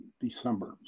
December